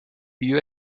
you